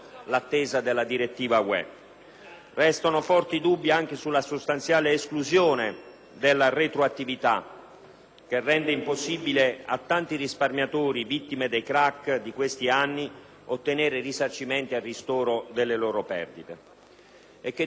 Restano poi forti dubbi sulla sostanziale esclusione della retroattività, tanto da rendere impossibile a tanti risparmiatori vittime dei *crack* di questi anni ottenere risarcimenti a ristoro delle perdite subite. Che dire poi della politica